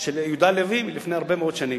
של יהודה הלוי מלפני הרבה מאוד שנים.